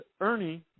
Ernie